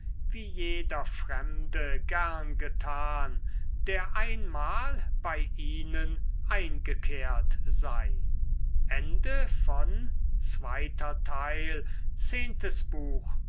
wie jeder fremde gern getan der einmal bei ihnen eingekehrt sei